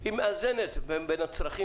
היא מאזנת בין הצרכים